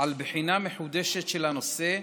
על בחינה מחודשת של הנושא,